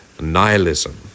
nihilism